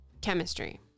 chemistry